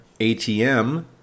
ATM